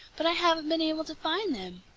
but i haven't been able to find them.